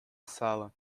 sala